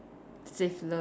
sleeveless